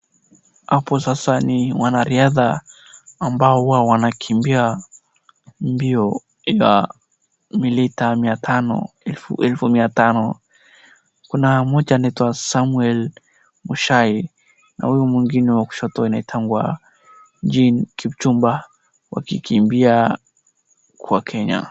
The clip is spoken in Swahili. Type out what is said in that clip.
Hapo sasa ni wanariadha ambao huwa wanakimbia mbio ya milita mia tano elfu Mia tano, kuna mmoja anaitwa Samwel Mushai na huyu mwingine wa kushoto anaitwangwa Gene Kipchumba wakikimbia kwa Kenya.